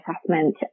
assessment